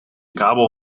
kabel